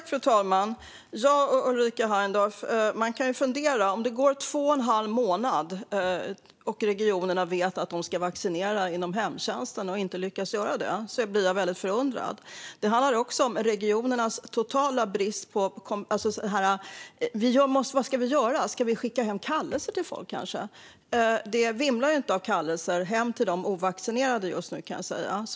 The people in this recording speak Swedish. Fru talman! Man kan fundera, Ulrika Heindorff. Om det går två och en halv månad och regionerna vet att de ska vaccinera inom hemtjänsten men inte lyckas göra det blir jag väldigt förundrad. Det handlar också om regionernas bristande förmåga. Vad ska vi göra? Ska vi skicka hem kallelser till folk, kanske? Det vimlar inte av kallelser hem till de ovaccinerade just nu.